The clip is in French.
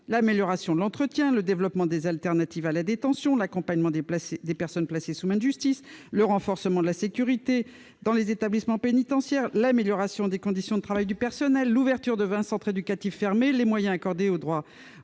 l'amélioration de l'entretien » du parc existant, « le développement des alternatives à la détention »,« l'accompagnement des personnes placées sous main de justice »,« le renforcement de la sécurité des établissements » pénitentiaires, « l'amélioration des conditions de travail » du personnel, l'ouverture « de vingt centres éducatifs fermés »,« les moyens accordés à l'accès